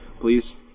Please